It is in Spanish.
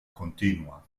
continua